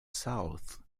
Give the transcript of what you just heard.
south